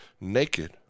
naked